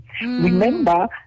Remember